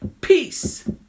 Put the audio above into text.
peace